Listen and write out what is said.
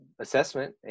assessment